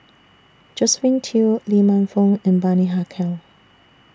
Josephine Teo Lee Man Fong and Bani Haykal